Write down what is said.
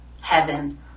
heaven